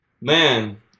man